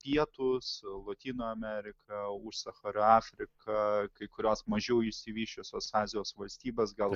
pietūs lotynų amerika užsachario afrika kai kurios mažiau išsivysčiusios azijos valstybės gal